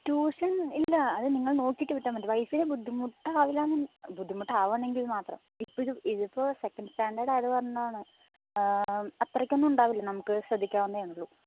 tuition ഇല്ല അത് നിങ്ങൾ നോക്കിയിട്ട് വിട്ടാൽ മതി വൈഫിന് ബുദ്ധിമുട്ടാവില്ലായെന്ന് ബുദ്ധിമുട്ട് ആവില്ലെങ്കിൽ മാത്രം ഇപ്പോഴും ഇതിപ്പൊൾ സെക്കന്റ് സ്റ്റാൻഡേർഡ് ആയതുകൊണ്ടാണ് അത്രക്കൊന്നുമുണ്ടാവില്ല നമ്മൾക്ക് ശ്രദ്ധിക്കാവുന്നതേയുള്ളു